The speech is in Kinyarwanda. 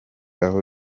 aho